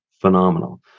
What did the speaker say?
phenomenal